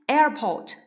Airport